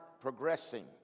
progressing